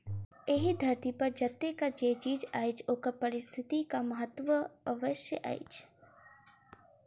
एहि धरती पर जतेक जे चीज अछि ओकर पारिस्थितिक महत्व अवश्य अछि